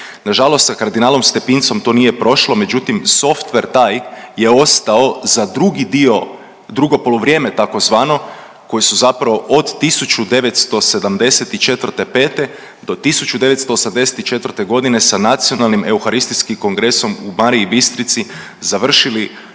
Na žalost sa kardinalom Stepincom to nije prošlo, međutim softver taj je ostao za drugi dio, drugo poluvrijeme tzv. koji su zapravo od 1974., 5. do 1984. godine sa nacionalnim euharistijskim kongresom u Mariji Bistrici, završili